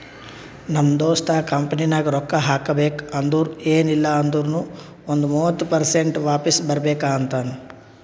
ನಮ್ ದೋಸ್ತ ಕಂಪನಿನಾಗ್ ರೊಕ್ಕಾ ಹಾಕಬೇಕ್ ಅಂದುರ್ ಎನ್ ಇಲ್ಲ ಅಂದೂರ್ನು ಒಂದ್ ಮೂವತ್ತ ಪರ್ಸೆಂಟ್ರೆ ವಾಪಿಸ್ ಬರ್ಬೇಕ ಅಂತಾನ್